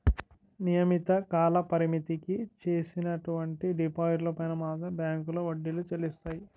నియమిత కాలపరిమితికి చేసినటువంటి డిపాజిట్లు పైన మాత్రమే బ్యాంకులో వడ్డీలు చెల్లిస్తాయి